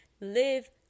Live